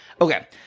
okay